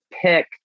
pick